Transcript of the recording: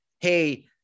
hey